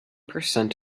percent